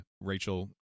rachel